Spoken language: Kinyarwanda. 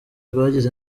rwagize